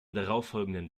darauffolgenden